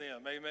Amen